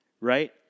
right